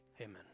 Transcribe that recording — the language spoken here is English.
Amen